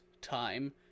time